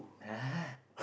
!huh!